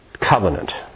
covenant